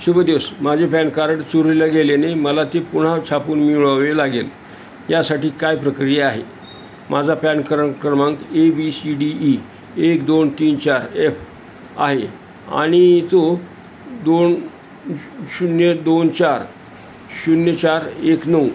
शुभ दिवस माझे पॅन कार्ड चोरीला गेल्याने मला ते पुन्हा छापून मिळवावे लागेल यासाठी काय प्रक्रिया आहे माझा पॅन कर्ड क्रमांक A B C D E एक दोन तीन चार एफ आहे आणि तो दोन शू शून्य दोन चार शून्य चार एक नऊ